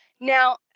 Now